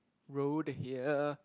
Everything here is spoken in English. road here